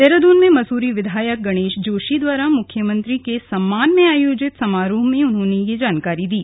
देहरादून में मसूरी विधायक गणेश जोशी द्वारा मुख्यमंत्री के सम्मान में आयोजित समारोह में उन्होंने यह जानकारी दी